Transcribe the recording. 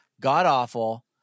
god-awful